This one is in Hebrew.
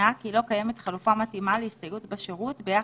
הסתייעות בשירות,